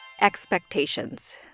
Expectations